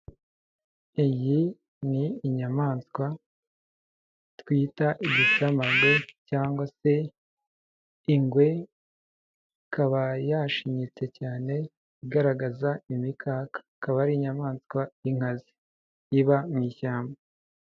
Iyi ni inyamaswa twita igisamagwe cyangwa se ingwe, ikaba yashinyitse cyane igaragaza imikaka akaba ari inyamaswa y'inkazi iba mu ishyamba.